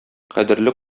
кадерле